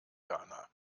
ghana